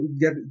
get